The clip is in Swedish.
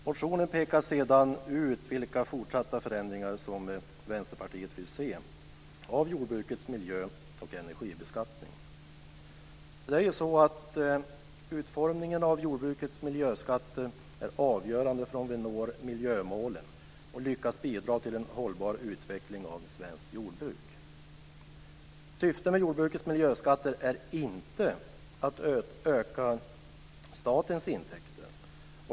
Motionen pekar sedan ut vilka fortsatta förändringar av jordbrukets miljö och energibeskattning som Vänsterpartiet vill se. Utformningen av jordbrukets miljöskatter är ju avgörande för om vi når miljömålen och lyckas bidra till en hållbar utveckling av svenskt jordbruk. Syftet med jordbrukets miljöskatter är inte att öka statens intäkter.